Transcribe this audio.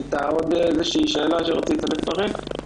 הייתה עוד שאלה שרצית לשאול?